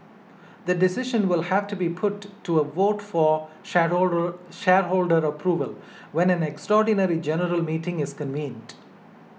the decision will have to be put to a vote for shareholder approval when an extraordinarily general meeting is convened